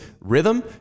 rhythm